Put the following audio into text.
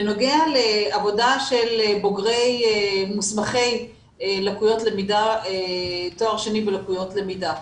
בנוגע לעבודה של בוגרי מוסמכי לקויות למידה תואר שני בלקויות למידה,